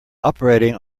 operating